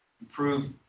improve